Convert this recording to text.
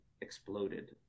exploded